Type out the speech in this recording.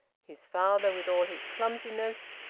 his father, with all his clumsiness,